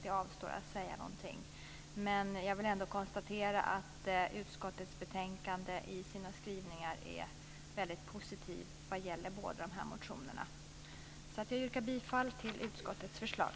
Jag avstår från att säga någonting. Men utskottet är positiv i skrivningarna i betänkandet vad gäller de båda motionerna. Jag yrkar bifall till utskottets förslag.